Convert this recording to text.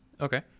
Okay